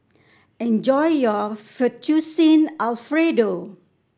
enjoy your Fettuccine Alfredo